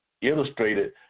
illustrated